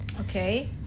Okay